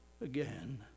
again